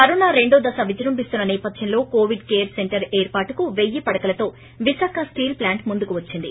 corona రెండో దశ విజృంభిస్తున్న సేపథ్యంలో కోవిడ్ కేర్ సెంటర్ ఏర్పాటుకు పెయ్యి పడకలతో విశాఖ స్టీల్ప్లాంట్ ముందుకు వచ్చింది